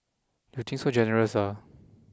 you think so generous ah